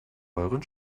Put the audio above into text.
euren